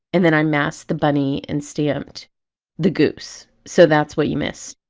and then i masked the bunny and stamped the goose, so that's what you missed.